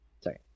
Sorry